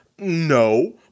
No